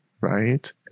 right